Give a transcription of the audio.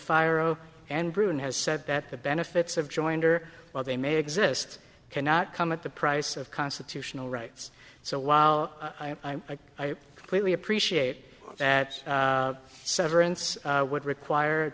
fire and britain has said that the benefits of joinder while they may exist cannot come at the price of constitutional rights so while i completely appreciate that severance would require